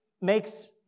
makes